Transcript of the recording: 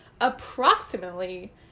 approximately